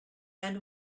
and